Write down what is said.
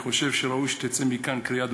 אני חושב שראוי שתצא מכאן קריאה,